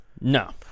No